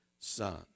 son